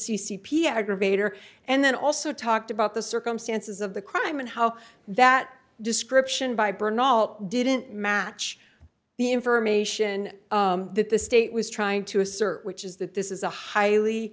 c c p aggravator and then also talked about the circumstances of the crime and how that description by bernald didn't match the information that the state was trying to assert which is that this is a highly